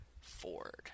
Ford